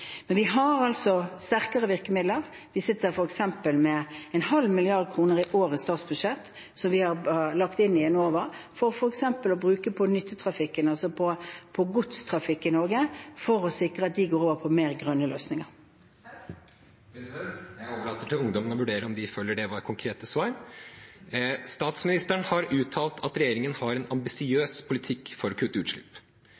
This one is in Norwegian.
Vi har sterkere virkemidler. Vi sitter f.eks. med en halv milliard kroner i årets statsbudsjett som vi har lagt inn i Enova, for f.eks. å bruke på nyttetrafikken – altså på godstrafikken i Norge – for å sikre at den går over på mer grønne løsninger. Jeg overlater til ungdommen å vurdere om de føler det var konkrete svar. Statsministeren har uttalt at regjeringen har en